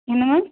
என்ன மேம்